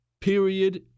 period